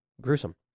Gruesome